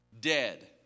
dead